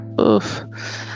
oof